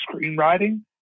screenwriting